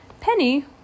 Penny